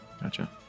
Gotcha